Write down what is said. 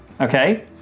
Okay